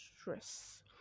stress